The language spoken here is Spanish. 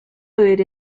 beber